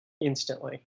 Instantly